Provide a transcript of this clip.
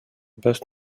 best